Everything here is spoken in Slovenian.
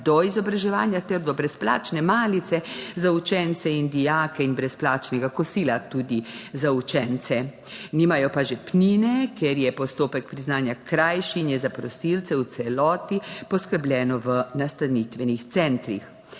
do izobraževanja ter do brezplačne malice za učence in dijake in brezplačnega kosila tudi za učence. Nimajo pa žepnine, ker je postopek priznanja krajši in je za prosilce v celoti poskrbljeno v nastanitvenih centrih.